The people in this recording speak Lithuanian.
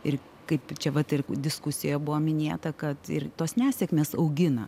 ir kaip čia vat ir diskusija buvo minėta kad ir tos nesėkmės augina